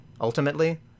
ultimately